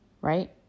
Right